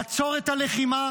לעצור את הלחימה